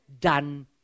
Done